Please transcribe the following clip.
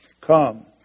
Come